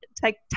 take